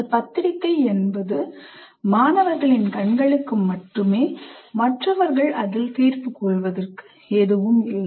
அந்த பத்திரிக்கை என்பது மாணவர்களின் கண்களுக்கு மட்டுமே மற்றவர்கள் அதில் தீர்ப்பு கூறுவதற்கு அல்ல